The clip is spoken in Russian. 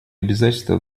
обязательства